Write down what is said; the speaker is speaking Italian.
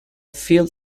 phil